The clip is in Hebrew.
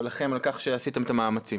ולכם על כך שעשיתם את המאמצים.